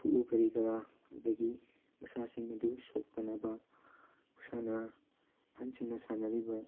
ꯈꯨꯋꯨ ꯀꯔꯤ ꯀꯔꯥ ꯑꯗꯒꯤ ꯃꯁꯥꯁꯤꯡ ꯑꯗꯨ ꯁꯣꯛꯇꯅꯕ ꯃꯁꯥꯟꯅ ꯑꯍꯟꯁꯤꯡꯅ ꯁꯥꯟꯅꯔꯤꯕ